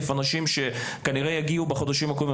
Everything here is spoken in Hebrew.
אנשים שכנראה יגיעו בחודשים הקרובים,